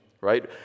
right